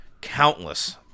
countless